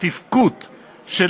הגורל שלנו עלול להיות כגורלה של יוון.